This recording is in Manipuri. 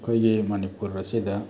ꯑꯩꯈꯣꯏꯒꯤ ꯃꯅꯤꯄꯨꯔ ꯑꯁꯤꯗ